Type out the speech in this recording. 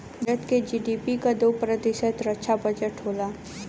भारत क जी.डी.पी क दो प्रतिशत रक्षा बजट होला